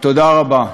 תודה רבה,